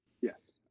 Yes